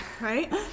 Right